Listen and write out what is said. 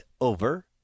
over